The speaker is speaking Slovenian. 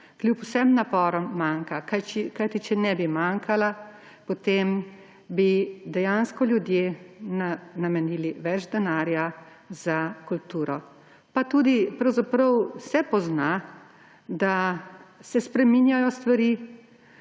kljub vsem naporom manjka, kajti če ne bi manjkala, potem bi dejansko ljudje namenili več denarja za kulturo. Pa tudi pravzaprav se pozna, da se spreminjajo stvari,